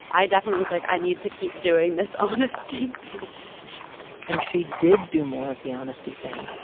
i definitely was like, i need to keep doing this honesty thing and she did do more of the honesty thing.